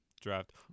draft